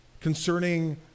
concerning